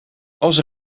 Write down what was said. als